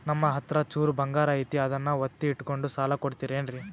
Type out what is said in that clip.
ನಮ್ಮಹತ್ರ ಚೂರು ಬಂಗಾರ ಐತಿ ಅದನ್ನ ಒತ್ತಿ ಇಟ್ಕೊಂಡು ಸಾಲ ಕೊಡ್ತಿರೇನ್ರಿ?